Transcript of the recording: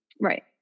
Right